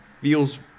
feels